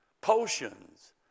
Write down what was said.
potions